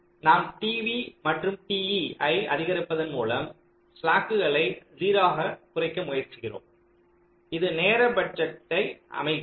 நாம் t v மற்றும் t e ஐ அதிகரிப்பதின் மூலம் ஸ்லாக்குகளை 0 ஆக குறைக்க முயற்சிக்கிறோம் இது நேர பட்ஜெட்டை அமைக்கிறது